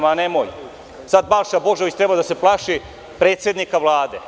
Ma nemoj, sada Balša Božović treba da se plaši predsednika Vlade.